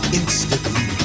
instantly